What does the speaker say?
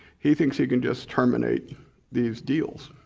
he thinks he can just terminate these deals.